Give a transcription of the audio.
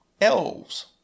elves